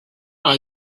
are